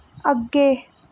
अग्गे